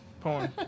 porn